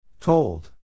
Told